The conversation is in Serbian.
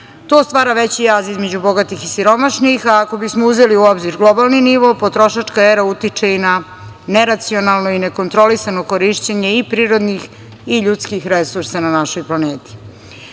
To stvara veći jaz između bogatih i siromašnih. Ako bismo uzeli u obzir globalni nivo, potrošačka era utiče i na neracionalno i nekontrolisano korišćenje i prirodnih i ljudskih resursa na našoj planeti. Ako